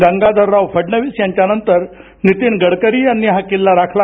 गंगाधरराव फडणविस यांच्यानंतर नितीन गडकरी यांनी हा किल्ला राखला